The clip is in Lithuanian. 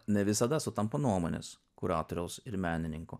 ne visada sutampa nuomonės kuratoriaus ir menininkų